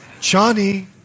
Johnny